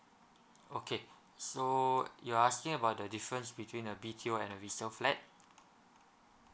okay so you're asking about the difference between a B_T_O and a resale flat